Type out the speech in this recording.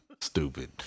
stupid